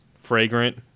Fragrant